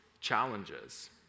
challenges